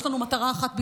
יש לנו מטרה אחת בלבד,